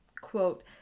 Quote